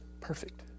perfect